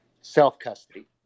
Self-custody